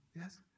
Yes